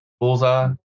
bullseye